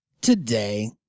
Today